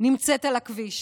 נמצאת על הכביש.